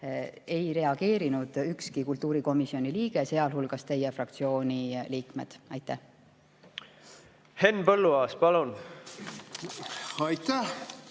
ei reageerinud ükski kultuurikomisjoni liige, sealhulgas teie fraktsiooni liikmed. Henn Põlluaas, palun! Aitäh!